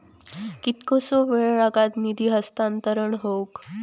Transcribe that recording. कितकोसो वेळ लागत निधी हस्तांतरण हौक?